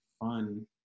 fun